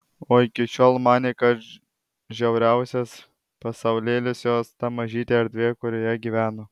o iki šiol manė kad žiauriausias pasaulėlis jos ta mažytė erdvė kurioje gyveno